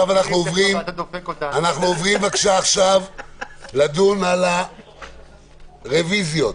אנחנו עוברים לדון עכשיו ברוויזיות.